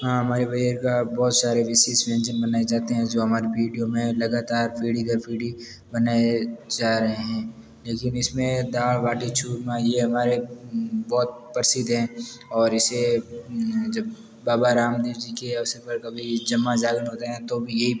हाँ हमारे भैया का बहुत सारे विशेष व्यंजन बनाए जाते हैं जो हमारी वीडियो में लगातार पीढ़ी दर पीढ़ी बनाए जा रहे हैं लेकिन इसमें दाल बाटी चूरमा यह हमारे बहुत प्रसिद्ध हैं और इसे जब बाबा रामदेव जी के अवसर पर कभी जब वहाँ जागरण होते हैं तो भी यह ही